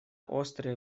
острые